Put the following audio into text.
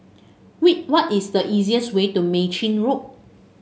wait what is the easiest way to Mei Chin Road